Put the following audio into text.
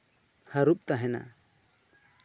ᱦᱟᱹᱨᱩᱵ ᱛᱟᱦᱮᱸᱱᱟ